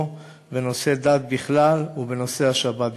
בנושא דת בכלל ובנושא השבת בפרט.